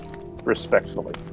respectfully